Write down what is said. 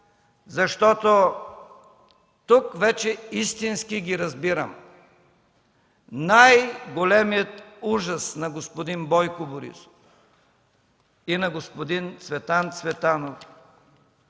защото тук вече истински ги разбирам – най-големият ужас на господин Бойко Борисов и на господин Цветан Цветанов